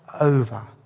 over